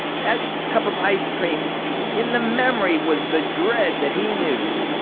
that cup of ice cream in the memory was the dread that he knew